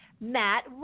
Matt